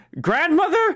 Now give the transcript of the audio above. Grandmother